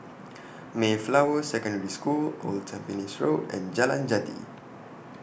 Mayflower Secondary School Old Tampines Road and Jalan Jati